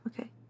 Okay